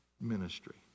ministry